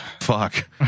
Fuck